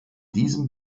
diesem